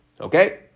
Okay